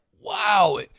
wow